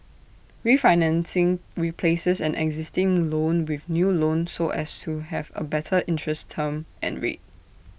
refinancing replaces an existing loan with new loan so as to have A better interest term and rate